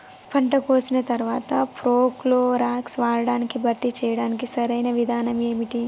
పంట కోసిన తర్వాత ప్రోక్లోరాక్స్ వాడకాన్ని భర్తీ చేయడానికి సరియైన విధానం ఏమిటి?